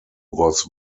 was